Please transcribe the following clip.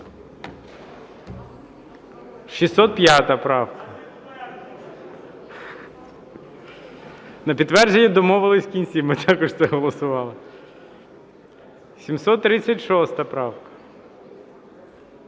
На підтвердження – домовились в кінці, ми також це голосували. 736 правка.